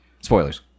Spoilers